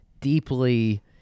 deeply